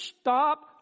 Stop